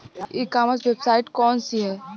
ई commerce website कौन सी है?